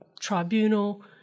tribunal